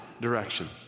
direction